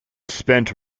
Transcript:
spent